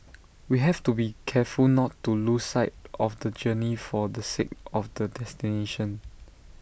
we have to be careful not to lose sight of the journey for the sake of the destination